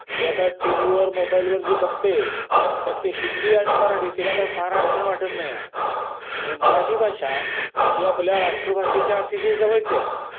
ती आता टी व्हीवर मोबाईलवर जी बघते त्यातली हिंदी आणि मराठी तिला काही फार अडचण वाटत नाही आहे म्हणजे मराठी भाषा ही आपल्या राष्ट्रभाषेच्या अतिशय जवळची आहे